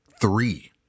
three